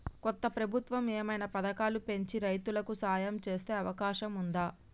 కొత్త ప్రభుత్వం ఏమైనా పథకాలు పెంచి రైతులకు సాయం చేసే అవకాశం ఉందా?